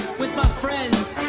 with my friends